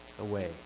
away